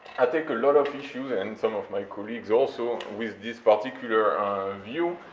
i take a lot of issues, and some of my colleagues also, with this particular view,